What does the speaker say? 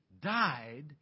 died